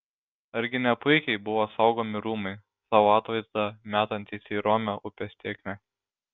argi ne puikiai buvo saugomi rūmai savo atvaizdą metantys į romią upės tėkmę